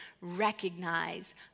recognize